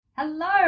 Hello